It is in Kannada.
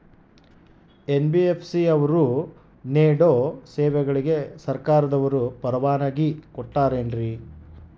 ಎನ್.ಬಿ.ಎಫ್.ಸಿ ಅವರು ನೇಡೋ ಸೇವೆಗಳಿಗೆ ಸರ್ಕಾರದವರು ಪರವಾನಗಿ ಕೊಟ್ಟಾರೇನ್ರಿ?